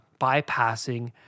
bypassing